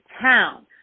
town